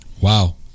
wow